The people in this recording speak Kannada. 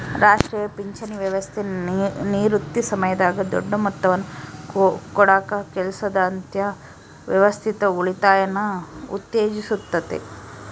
ರಾಷ್ಟ್ರೀಯ ಪಿಂಚಣಿ ವ್ಯವಸ್ಥೆ ನಿವೃತ್ತಿ ಸಮಯದಾಗ ದೊಡ್ಡ ಮೊತ್ತವನ್ನು ಕೊಡಕ ಕೆಲಸದಾದ್ಯಂತ ವ್ಯವಸ್ಥಿತ ಉಳಿತಾಯನ ಉತ್ತೇಜಿಸುತ್ತತೆ